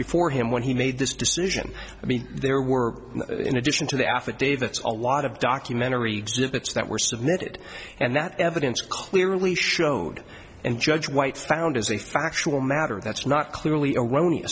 before him when he made this decision i mean there were in addition to the affidavit a lot of documentary exhibits that were submitted and that evidence clearly showed and judge white's found as a factual matter that's not clearly